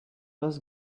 was